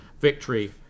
Victory